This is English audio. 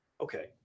Okay